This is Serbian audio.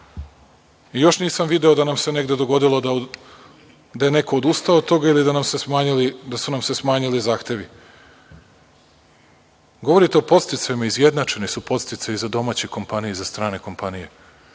Još nisam video da nam se negde dogodilo da je neko odustao od toga ili da su nam se smanjili zahtevi. Govorite o podsticajima, izjednačeni su podsticaji za domaće kompanije i za strane kompanije.